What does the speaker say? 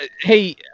Hey